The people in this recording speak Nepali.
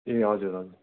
ए हजुर हजुर